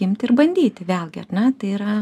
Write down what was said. imti ir bandyti vėlgi ar ne tai yra